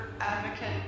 advocate